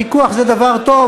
פיקוח זה דבר טוב,